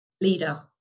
leader